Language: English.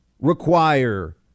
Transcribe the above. require